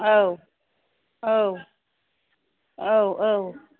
औ औ औ औ